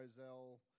roselle